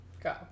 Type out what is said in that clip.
go